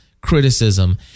criticism